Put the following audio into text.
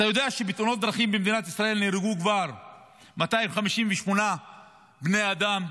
אתה יודע שבתאונות דרכים במדינת ישראל נהרגו כבר 258 בני אדם?